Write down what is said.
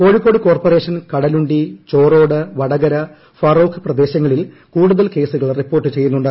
Kozhikode corporation Kadalundi Chorode Vadakara Feroke പ്രദേശങ്ങളിൽ കൂടുതൽ കേസുകൾ റിപ്പോർട്ട് ചെയ്യുന്നുണ്ട്